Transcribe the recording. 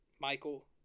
Michael